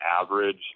average